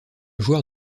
joueur